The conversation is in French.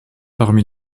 parmi